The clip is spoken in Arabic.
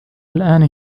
الآن